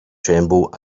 tremble